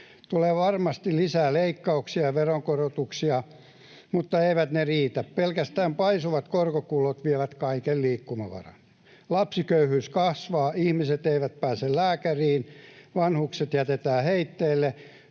Tulee varmasti lisää leikkauksia ja veronkorotuksia, mutta eivät ne riitä. Pelkästään paisuvat korkokulut vievät kaiken liikkumavaran. Lapsiköyhyys kasvaa, ihmiset eivät pääse lääkäriin, vanhukset jätetään heitteille,